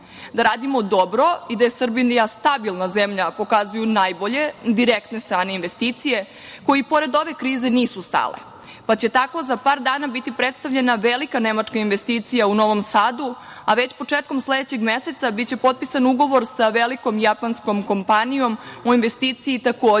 radimo dobro, i da je Srbija stabilna zemlja pokazuju najbolje direktne strane investicije, koje i pored ove krize nisu stale, pa će tako za par dana biti predstavljena velika nemačka investicija u Novom Sadu, a već početkom sledećeg meseca biće potpisan ugovor sa velikom japanskom kompanijom u investiciji, takođe